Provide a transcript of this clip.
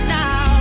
now